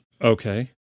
Okay